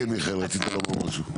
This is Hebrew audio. כן מיכאל רצית לומר משהו?